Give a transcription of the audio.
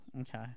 Okay